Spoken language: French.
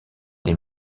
des